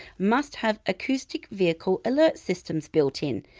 must have acoustic vehicle alert systems built in,